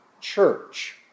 church